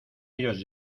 ellos